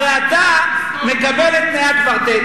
הרי אתה מקבל את תנאי הקוורטט,